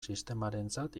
sistemarentzat